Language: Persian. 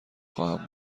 خواهم